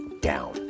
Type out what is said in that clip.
down